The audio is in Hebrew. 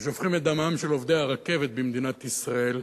ושופכים את דמם של עובדי הרכבת במדינת ישראל,